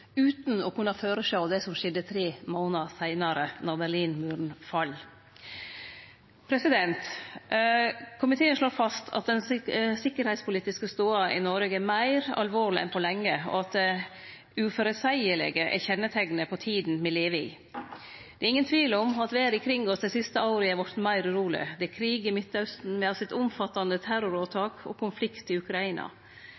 utan å kunne føresjå det som skjedde tre månader seinare, då Berlinmuren fall. Komiteen slår fast at den sikkerheitspolitiske stoda i Noreg er meir alvorleg enn på lenge, og at det uføreseielege er kjenneteiknet på tida me lever i. Det er ingen tvil om at verda kring oss dei siste åra er vorten meir uroleg. Det er krig i Midtausten, me har sett omfattande